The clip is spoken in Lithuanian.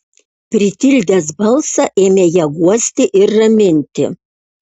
pritildęs balsą ėmė ją guosti ir raminti